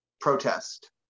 protest